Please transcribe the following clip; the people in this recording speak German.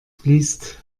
fließt